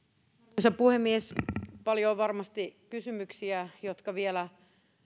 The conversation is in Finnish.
arvoisa puhemies paljon on varmasti kysymyksiä jotka vielä